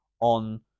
on